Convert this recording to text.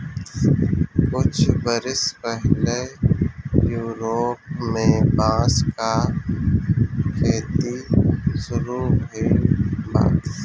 कुछ बरिस पहिले यूरोप में बांस क खेती शुरू भइल बा